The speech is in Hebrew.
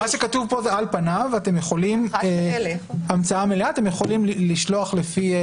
מה שכתוב כאן זה המצאה מלאה כאשר על פניו אתם יכולים לשלוח --- מלל.